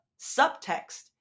Subtext